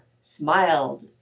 smiled